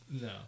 No